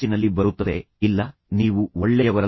ನಾನು ಅಂತಹವನಲ್ಲ ಅವನು ಅಂತಹವನು